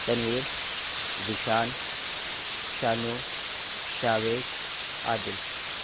Tanveer Zeeshan Shanu Shahvez Adil